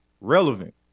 relevant